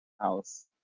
house